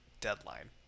deadline